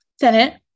Senate